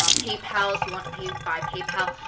um paypal, if you want to pay by paypal.